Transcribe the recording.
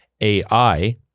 AI